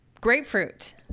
grapefruit